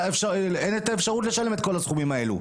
אין את האפשרות לשלם את כל הסכומים האלה.